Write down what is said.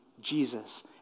Jesus